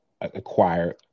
acquire